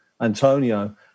Antonio